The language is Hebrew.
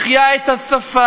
החיה את השפה,